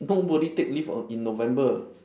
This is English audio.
nobody take leave on in november